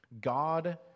God